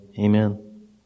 Amen